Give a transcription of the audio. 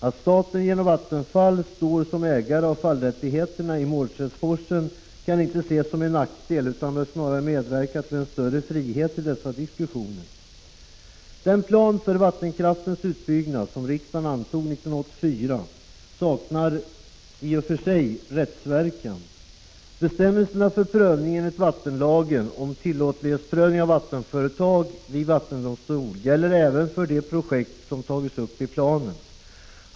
Att staten genom Vattenfall står som ägare av fallrättigheterna i Mårdselforsen kan inte ses som en nackdel utan bör snarare medverka till en större frihet i dessa diskussioner. Den plan för vattenkraftens utbyggnad som riksdagen antog 1984 saknar i och för sig rättsverkan. Bestämmelserna för prövning enligt vattenlagen om tillåtlighetsprövning av vattenföretag vid vattendomstol gäller även för de projekt som tagits upp i planen.